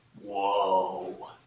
Whoa